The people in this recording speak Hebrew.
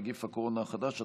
נגיף הקורונה החדש),